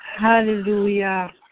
Hallelujah